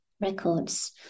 records